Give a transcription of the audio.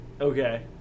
Okay